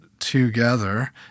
Together